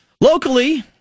Locally